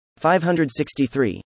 563